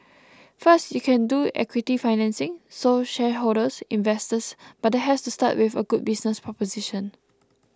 first you can do equity financing so shareholders investors but that has to start with a good business proposition